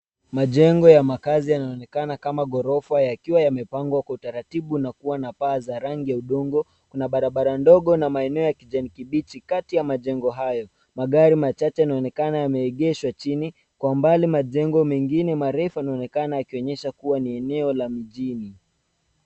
Majengo ya makazi yanaonekana kama ghorofa yakiwa yamepangwa kwa utaratibu na kuwa na paa za rangi ya udongo. Kuna barabara ndogo na maeneo ya kijani kibichi. Kati ya majengo hayo magari machache yanaonekana yameegeshwa chini .Kwa umbali majengo mengine marefu yanaonekana yakionyesha kuwa ni eneo la mjini.